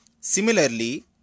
Similarly